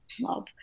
Love